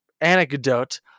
anecdote